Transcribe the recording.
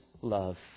love